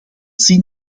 zien